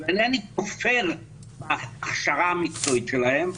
אינני כופר בהכשרה המקצועית שלהם,